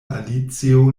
alicio